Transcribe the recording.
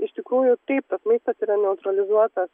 iš tikrųjų taip tas laikas yra neutralizuotas